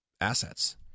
assets